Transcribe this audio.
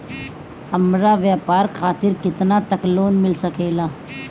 हमरा व्यापार खातिर केतना तक लोन मिल सकेला?